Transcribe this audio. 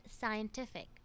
scientific